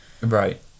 right